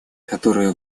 которые